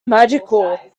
magical